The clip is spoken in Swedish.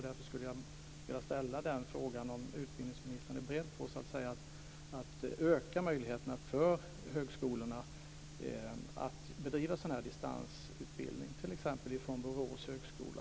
Därför skulle jag vilja ställa frågan om utbildningsministern är beredd att öka möjligheterna för högskolorna att bedriva distansutbildning, t.ex. från Borås högskola.